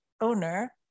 owner